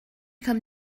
come